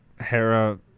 Hera